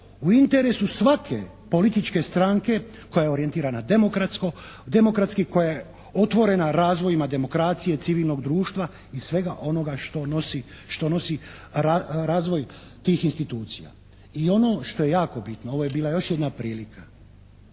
u interesu svake političke stranke koja je orijentirana demokratski, koja je otvorena razvojima demokracije civilnog društva i svega onoga što nosi razvoj tih institucija. I ono što je jako bitno, ovo je bila još jedna prilika.